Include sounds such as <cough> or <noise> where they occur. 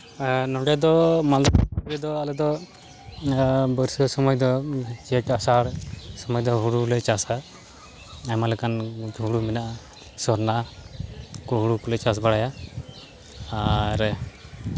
ᱱᱚᱰᱮ ᱫᱚ ᱢᱟᱞᱫᱟ <unintelligible> ᱨᱮᱫᱚ ᱟᱞᱮ ᱫᱚ ᱵᱚᱨᱥᱟ ᱥᱚᱢᱚᱭ ᱫᱚ ᱡᱷᱮᱸᱴᱼᱟᱥᱟᱲ ᱥᱚᱢᱚᱭ ᱫᱚ ᱦᱩᱲᱩᱞᱮ ᱪᱟᱥᱟ ᱟᱭᱢᱟ ᱞᱮᱠᱟᱱ ᱦᱩᱲᱩ ᱢᱮᱱᱟᱜᱼᱟ ᱥᱚᱨᱱᱟ ᱠᱚ ᱦᱩᱲᱩ ᱠᱚᱞᱮ ᱪᱟᱥ ᱵᱟᱲᱟᱭᱟ ᱟᱨ